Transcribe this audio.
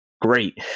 great